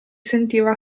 sentiva